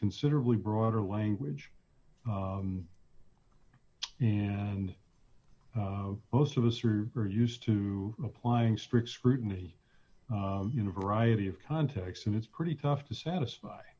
considerably broader language and most of us are used to applying strict scrutiny univer i the of context and it's pretty tough to satisfy